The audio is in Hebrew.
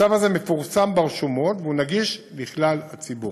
הצו הזה מפורסם ברשומות והוא נגיש לכלל הציבור.